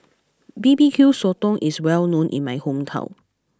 B B Q Sotong is well known in my hometown